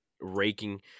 raking